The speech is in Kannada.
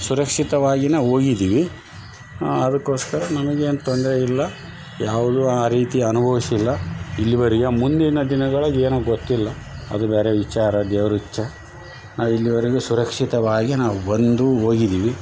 ಸುರಕ್ಷಿತವಾಗಿಯೇ ಹೋಗಿದ್ದೀವಿ ಅದಕೋಸ್ಕರ ನಮ್ಗೆ ಏನು ತೊಂದರೆ ಇಲ್ಲ ಯಾವ್ಲು ಆ ರೀತಿ ಅನುಭವಿಸಿಲ್ಲ ಇಲ್ಲಿವರೆಗೆ ಮುಂದಿನ ದಿನಗಳ ಏನೋ ಗೊತ್ತಿಲ್ಲ ಅದು ಬೇರೆ ವಿಚಾರ ದೇವ್ರು ಇಚ್ಚಾ ಇಲ್ಲಿವರ್ಗು ಸುರಕ್ಷಿತವಾಗಿ ನಾವು ಬಂದು ಹೋಗಿದ್ದೀವಿ